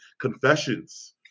confessions